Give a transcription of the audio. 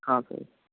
हाँ सर